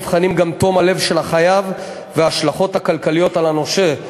נבחנים גם תום הלב של החייב וההשלכות הכלכליות על הנושה.